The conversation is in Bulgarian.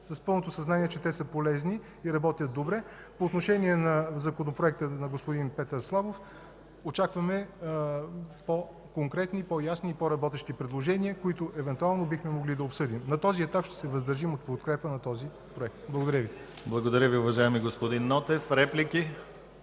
с пълното съзнание, че са полезни и работят добре. По отношение на законопроекта на господин Петър Славов очакваме по-конкретни, по-ясни и по-работещи предложения, които евентуално бихме могли да обсъдим. На този етап ще се въздържим от подкрепа на този проект. Благодаря Ви. ПРЕДСЕДАТЕЛ ДИМИТЪР ГЛАВЧЕВ: Благодаря Ви, уважаеми господин Нотев. Реплики?